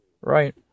right